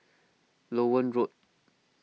Loewen Road